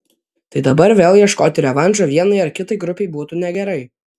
tai dabar vėl ieškoti revanšo vienai ar kitai grupei būtų negerai